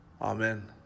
Amen